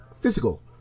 physical